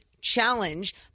challenge